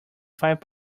five